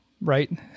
right